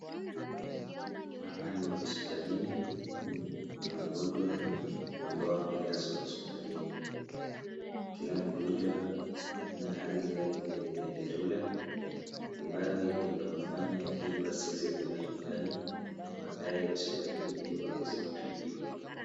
Hapa ni hospitalini. Kuna wagonjwa ambao wamelazwa hospitalini. Kila mgonjwa ana hali yake ya dharura, ambayo imewafanya ili wasiweze kuenda nyumbani, wakae hospitalini ili waweze kutibiwa.